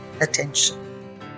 attention